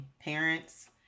parents